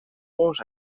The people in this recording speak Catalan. uns